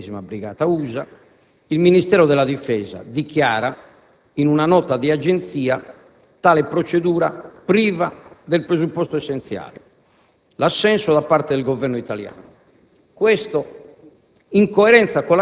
idonee ad accogliere la 173a Brigata USA, il Ministero della difesa, in una nota di agenzia, dichiara che tale procedura era priva del presupposto essenziale, cioè l'assenso da parte del Governo italiano.